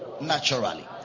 naturally